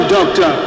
Doctor